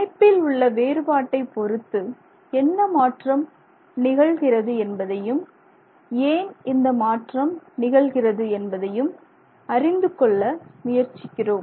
அமைப்பில் உள்ள வேறுபாட்டைப் பொறுத்து என்ன மாற்றம் நிகழ்கிறது என்பதையும் ஏன் இந்த மாற்றம் நிகழ்கிறது என்பதையும் அறிந்துகொள்ள முயற்சிக்கிறோம்